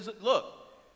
look